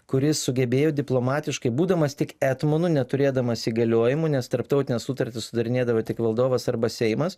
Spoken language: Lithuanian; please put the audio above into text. kuris sugebėjo diplomatiškai būdamas tik etmonu neturėdamas įgaliojimų nes tarptautines sutartis sudarinėdavo tik valdovas arba seimas